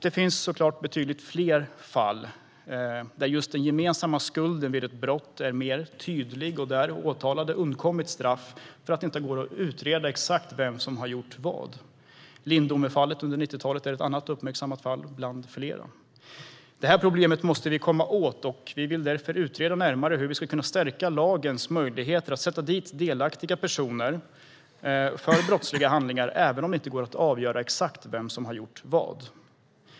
Det finns såklart betydligt fler fall där just den gemensamma skulden vid ett brott är mer tydlig och där åtalade undkommit straff för att det inte gått att utreda exakt vem som gjort vad. Lindomefallet under 90-talet är ett annat uppmärksammat fall bland flera. Det här problemet måste vi komma åt. Vi vill därför utreda närmare hur vi kan stärka möjligheten att med lagen sätta dit delaktiga personer för brottsliga handlingar även om det inte går att avgöra exakt vem som har gjort vad.